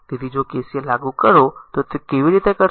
તેથી જો KCL લાગુ કરો તો તે કેવી રીતે કરશે